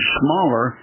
smaller